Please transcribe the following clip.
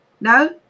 no